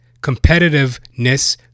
competitiveness